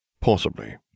Possibly